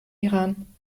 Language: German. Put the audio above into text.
iran